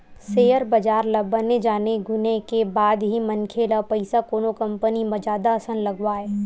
share बजार ल बने जाने गुने के बाद ही मनखे ल पइसा कोनो कंपनी म जादा असन लगवाय